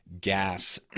gas